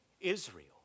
Israel